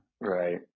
Right